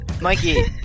Mikey